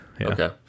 okay